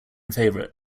favorite